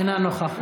אינה נוכחת.